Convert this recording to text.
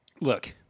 look